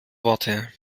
worte